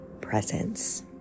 presence